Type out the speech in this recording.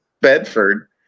Bedford